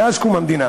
מאז קום המדינה,